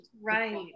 Right